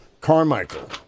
Carmichael